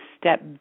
step